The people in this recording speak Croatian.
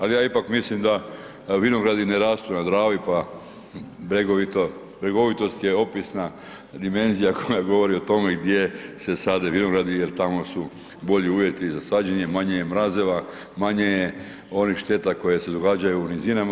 Ali ja ipak mislim da vinogradi ne rastu na Dravi pa bregovito, bregovitost je opisna dimenzija koja govori o tome gdje se sade vinogradi jer tamo su bolji uvjeti za sađenje, manje je mrazova, manje je onih šteta koje se događaju u nizinama.